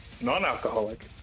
Non-alcoholic